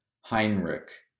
Heinrich